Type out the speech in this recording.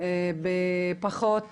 פחות